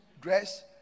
dress